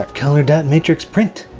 color dot matrix print.